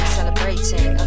celebrating